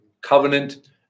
covenant